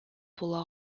була